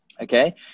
okay